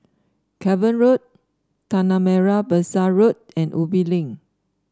Cavan Road Tanah Merah Besar Road and Ubi Link